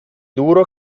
duro